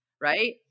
Right